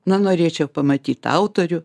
na norėčiau pamatyt autorių